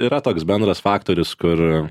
yra toks bendras faktorius kur